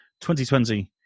2020